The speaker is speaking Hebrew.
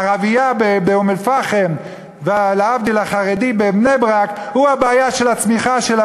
הערבייה באום-אלפחם ולהבדיל החרדי בבני-ברק הם הבעיה של הצמיחה שלה,